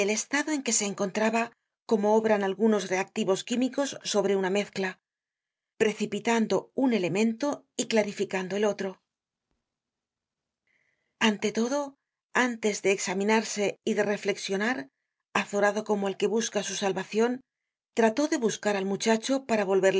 el estado en que se encontraba como obran algunos reactivos químicos sobre una mezcla precipitando un elemento y clarificando el otro ante todo antes de examinarse y de reflexionar azorado como el que busca su salvacion trató de buscar al muchacho para volverle